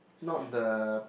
not the